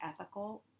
ethical